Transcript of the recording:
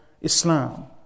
Islam